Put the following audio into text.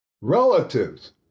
relatives